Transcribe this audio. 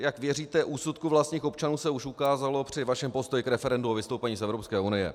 Jak věříte úsudku vlastních občanů, se už ukázalo při vašem postoji k referendu o vystoupení z Evropské unie.